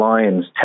Lions